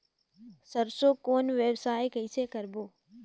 सरसो कौन व्यवसाय कइसे करबो?